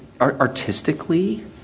artistically